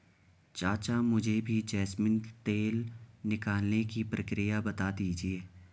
चाचा मुझे भी जैस्मिन तेल निकालने की प्रक्रिया बता दीजिए